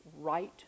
right